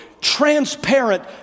transparent